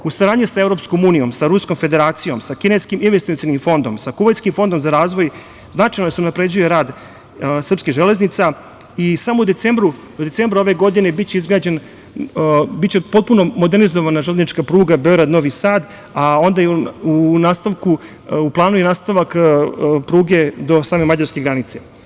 U saradnji sa Evropskom unijom, sa Ruskom Federacijom, sa Kineskim investicionim fondom, sa Kuvajtskim fondom za razvoj značajno se unapređuje rad srpskih železnica i samo u decembru ove godine biće potpuno modernizovana železnička pruga Beograd – Novi Sad, a onda u planu je i nastavak pruge do same mađarske granice.